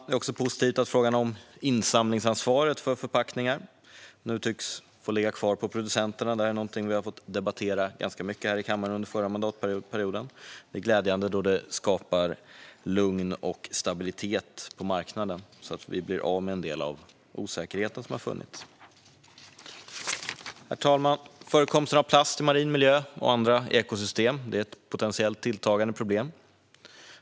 Det är också positivt att insamlingsansvaret när det gäller förpackningar nu tycks få ligga kvar hos producenterna. Detta är något vi har fått debattera ganska mycket här i kammaren under förra mandatperioden. Det är glädjande, då det skapar lugn och stabilitet på marknaden, så att vi blir av med en del av den osäkerhet som har funnits. Herr talman! Förekomsten av plast i marin miljö och andra ekosystem är ett potentiellt tilltagande problem.